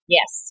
Yes